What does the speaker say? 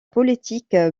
politique